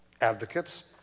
advocates